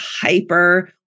hyper